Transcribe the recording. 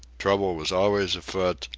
trouble was always afoot,